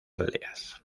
aldeas